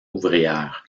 ouvrière